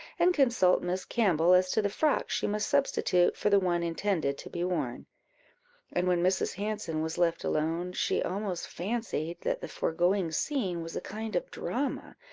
and consult miss campbell as to the frock she must substitute for the one intended to be worn and when mrs. hanson was left alone, she almost fancied that the foregoing scene was a kind of drama,